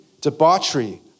debauchery